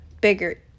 bigger